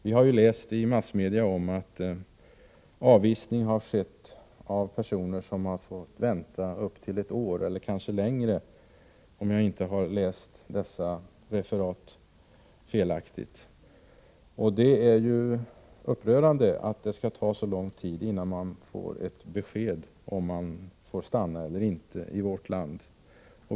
Vi har läst i massmedia att avvisning har skett av personer som har fått vänta upp till ett år eller kanske längre, om jag inte har läst dessa referat felaktigt. Det är upprörande att det skall ta så lång tid innan man får ett besked i frågan, om man får stanna eller inte i vårt land.